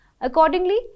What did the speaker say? Accordingly